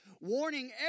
Warning